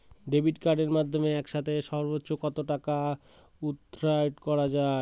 Debit কার্ডের মাধ্যমে একসাথে সর্ব্বোচ্চ কত টাকা উইথড্র করা য়ায়?